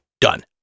done